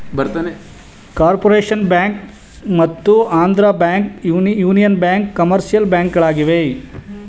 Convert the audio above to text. corporation bank ಮತ್ತು Andhra bank, union bank commercial ಬ್ಯಾಂಕ್ಗಳಾಗಿವೆ